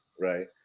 right